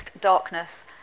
darkness